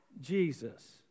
Jesus